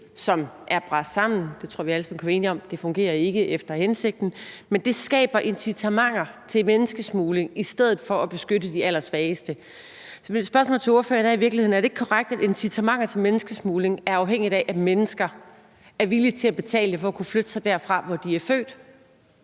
som er brast sammen – det tror jeg vi alle sammen kan være enige om; det fungerer ikke efter hensigten – skaber incitamenter til menneskesmugling i stedet for at beskytte de allersvageste. Så mit spørgsmål til ordføreren er: Er det ikke korrekt, at incitamenter til menneskesmugling er afhængige af, at mennesker er villige til at betale for at kunne flytte sig derfra, hvor de er født,